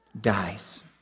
dies